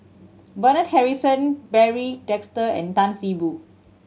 Bernard Harrison Barry Desker and Tan See Boo